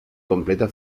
completa